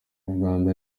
rwanda